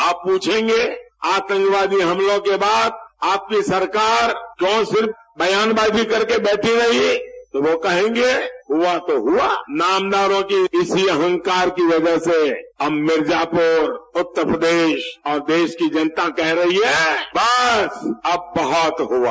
आप पूछेंगे कि आतंकवादी हमलों के बाद आपकी सरकार क्यों सिर्फ बयानबाजी करके बैठी रही तो वह कहेंगे हुआ तो हुआ नामदारों की इसी अहंकार की वजह से अब मिर्जापुर उत्तर प्रदेश और देश की जनता कह रही है कि बस अब बहुत हआ